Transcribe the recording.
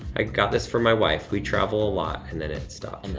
i got this for my wife, we travel a lot. and then it stopped and